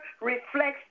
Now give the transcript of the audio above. reflects